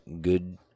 good